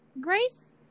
Grace